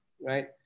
right